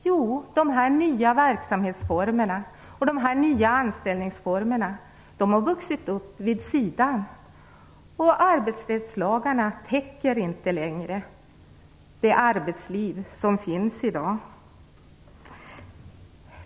Jo, de nya verksamhetsformerna och de nya anställningsformerna har vuxit upp vid sidan om. Arbetsrättslagarna täcker inte längre det arbetsliv som finns i dag.